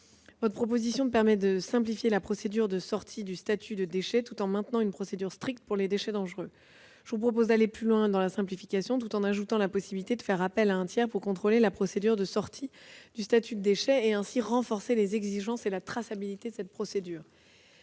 identiques permet de simplifier la procédure de sortie du statut de déchet tout en maintenant une procédure stricte pour les déchets dangereux. Je propose d'aller plus loin dans la simplification, tout en ajoutant la possibilité de faire appel à un tiers pour contrôler la procédure de sortie du statut de déchet, ce qui renforcera les exigences et la traçabilité de cette procédure.